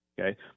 Okay